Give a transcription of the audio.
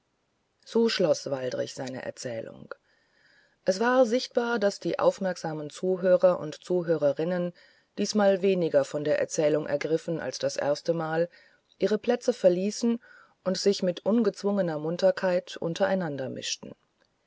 so schloß waldrich seine erzählung es war sichtbar daß die aufmerksamen zuhörer und zuhörerinnen diesmal weniger von der erzählung ergriffen als das erstemal ihre plätze verließen und sich mit ungezwungener munterkeit untereinander mischten